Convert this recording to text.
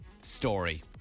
story